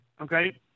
okay